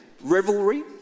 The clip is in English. revelry